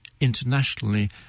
internationally